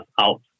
out